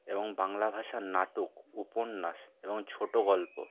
এবং বাংলা ভাষার নাটক উপন্যাস এবং ছোট গল্প